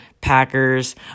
Packers